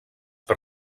per